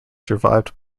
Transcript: survived